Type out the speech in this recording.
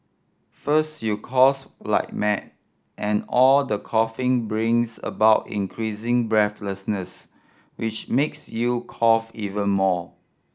first you course like mad and all the coughing brings about increasing breathlessness which makes you cough even more